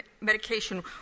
medication